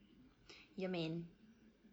ya man